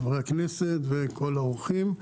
חברי הכנסת וכל האורחים.